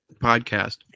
podcast